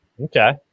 Okay